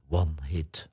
one-hit